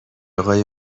اقای